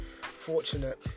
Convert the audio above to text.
fortunate